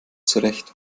zurecht